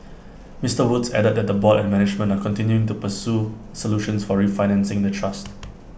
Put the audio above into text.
Mister Woods added that the board and management are continuing to pursue solutions for refinancing the trust